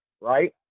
right